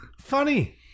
Funny